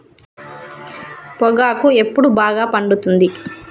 పొగాకు ఎప్పుడు బాగా పండుతుంది?